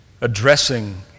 addressing